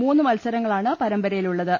മൂന്ന് മത്സരങ്ങളാണ് പരമ്പരയിലുള്ളത്